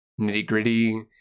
nitty-gritty